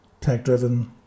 tech-driven